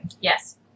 Yes